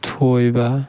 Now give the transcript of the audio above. ꯊꯣꯏꯕ